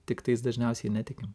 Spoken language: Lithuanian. tiktais dažniausiai netikim